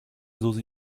susi